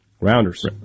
Rounders